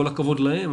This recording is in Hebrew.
כל הכבוד להם,